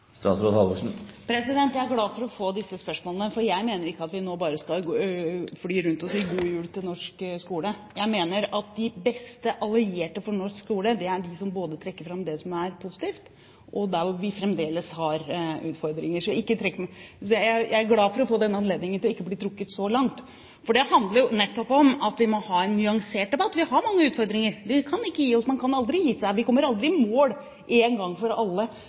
Jeg er glad for å få disse spørsmålene, for jeg mener ikke at vi nå bare skal fly rundt og si god jul til norsk skole. Jeg mener at de beste allierte for norsk skole er de som både trekker fram det som er positivt og de områdene der vi fortsatt har utfordringer. Jeg er glad for å få denne anledningen til å si at jeg ikke må bli trukket så langt. For det handler nettopp om at vi må ha en nyansert debatt. Vi har mange utfordringer. Vi kan ikke gi oss. Man kan aldri gi seg. Vi kommer aldri i mål én gang for alle